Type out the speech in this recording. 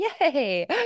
Yay